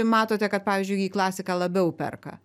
matote kad pavyzdžiui į klasiką labiau perka